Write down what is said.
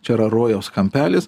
čia yra rojaus kampelis